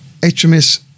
HMS